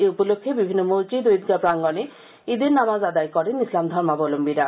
এই উপলক্ষে বিভিন্ন মসজিদ ও ঈদগাহ প্রাঙ্গনে ঈদের নামাজ আদায় করেন ইসলাম ধর্মাবলশ্বীরা